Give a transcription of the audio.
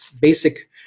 basic